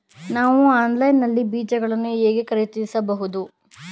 ನಾವು ಆನ್ಲೈನ್ ನಲ್ಲಿ ಬೀಜಗಳನ್ನು ಹೇಗೆ ಖರೀದಿಸಬಹುದು?